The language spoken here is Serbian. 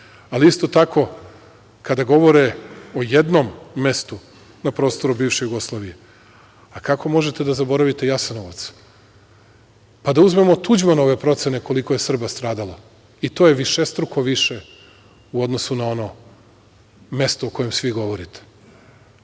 Ali, isto tako, kada govore o jednom mestu na prostoru bivše Jugoslavije, a kako možete da zaboravite Jasenovac? Pa da uzmemo Tuđmanove procene koliko je Srba stradalo, i to je višestruko više u odnosu na ono mesto o kojem svi govorite. Dakle,